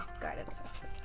guidance